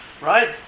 right